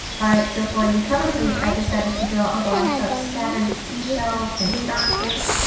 alright, so for the cover page, i decided to draw a bunch of scattered seashells and starfish,